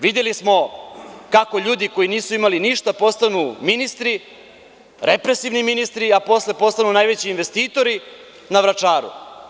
Videli smo kako ljudi koji nisu imali ništa postanu ministri, represivni ministri, a posle postanu najveći investitori na Vračaru.